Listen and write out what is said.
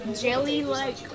jelly-like